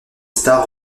stars